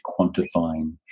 quantifying